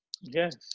Yes